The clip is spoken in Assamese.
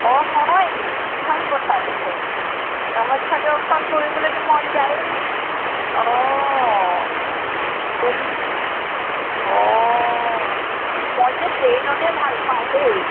অঁ হয়নে ভাল কথা দেখোন কামাখ্যা দৰ্শন কৰিবলৈতো মন যায়েই অঁ অঁ মই যে ট্ৰেইনতে ভাল পাওঁ দেই